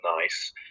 nice